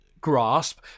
grasp